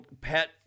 pet